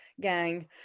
gang